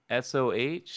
SOH